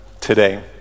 today